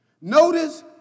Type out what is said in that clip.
Notice